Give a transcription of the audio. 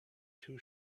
two